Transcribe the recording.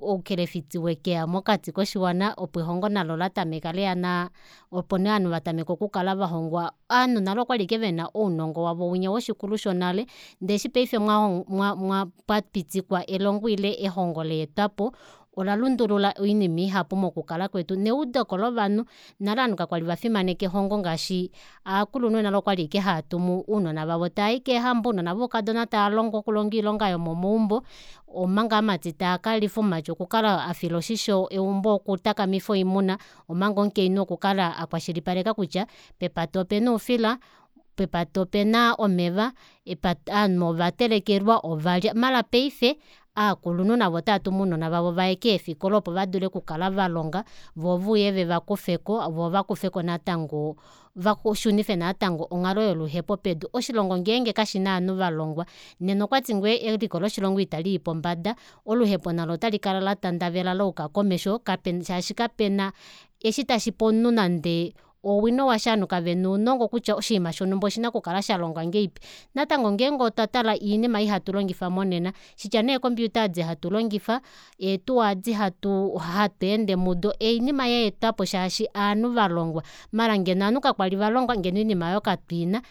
oukelefiti wekeya mokati koshiwana opo elongo nalo latameka leya naa opo ovanhu navo vatameka okukala valongwa ovanhu nale okwali ashike vena ounongo wavo woshikulu shonale ndee eshi paife mwa pwapitikwa elongo ile ehongo laetwapo ola lundulula oinima ihapu mokukala kwetu neudeko lovanhu nale aanhu kakwali vafimaneka elongo ngaashi ovakulunhu okwali ashike haatumu ounona vavo tayi keehambo ounona voukadona tavalongwa okulonga oilonga yomomaumbo omanga ovamati tavakalifa omumati okukala afila oshisho eumbo okutakamifa oimuna omanga omukainhu okukala akwashilipaleka kutya pepata opena oufila pepata opena omeva epata ovanhu ovatelekelwa ovalya maala paife ovakulunhu navo otavatumu ounona vavo vaye keefikola opo vadule okukala valonga voo veuye vevakufeko voo vakufeko natango vashunife natango onghalo yoluhepo pedu oshilongo ngenge kashina ovanhu valongwa nena okwati ngoo eliko loshilongo italii pombada oluhepo nalo otalikala latandavela layuka komesho shaashi kapena eshi tashipe omunhu nande owino washa ovanhu kavena ounongo kutya oshinima shonumba oshina okukala shalongwa ngahelipi natango ngenge otwa tala oinima ei hatulongifa monena shitya nee computer edi hatulongifa etuwa edi hatu ende mudo oinima yaetwapo shaashi ovanhu valongwa maala ngeno ovanhu kakwali valongwa ngeno oinima aayo katuina